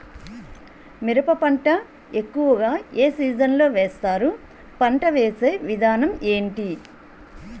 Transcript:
మిరప పంట ఎక్కువుగా ఏ సీజన్ లో వేస్తారు? పంట వేసే విధానం ఎంటి?